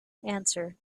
answer